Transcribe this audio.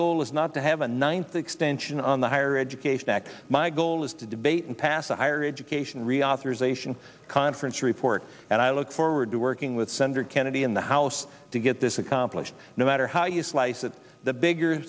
goal is not to have a ninth extension on the higher education act my goal is to debate and pass a higher education reauthorization conference report and i look forward to working with senator kennedy in the house to get this accomplished no matter how you slice it the bigger